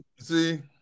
see